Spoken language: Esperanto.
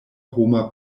homa